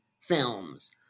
films